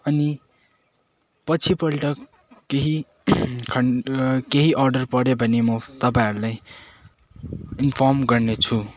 अनि पछिपल्ट केही केही अर्डर पऱ्यो भने म तपाईँहरूलाई इन्फर्म गर्नेछु